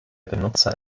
benutzer